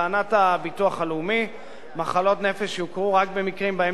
לטענת הביטוח הלאומי מחלות נפש יוכרו רק במקרים שבהם